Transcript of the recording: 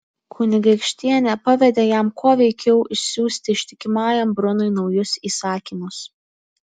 kunigaikštienė pavedė jam kuo veikiau išsiųsti ištikimajam brunui naujus įsakymus